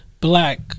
black